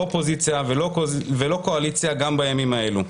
אופוזיציה ולא קואליציה גם בימים האלו.